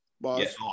Yes